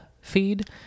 feed